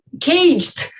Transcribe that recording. caged